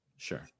Sure